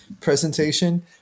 presentation